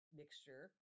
mixture